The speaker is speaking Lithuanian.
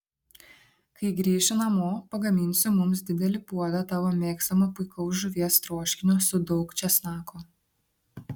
kai grįši namo pagaminsiu mums didelį puodą tavo mėgstamo puikaus žuvies troškinio su daug česnako